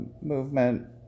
movement